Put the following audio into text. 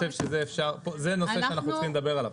אני חושב שזה נושא שאנחנו צריכים לדבר עליו.